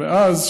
ואז,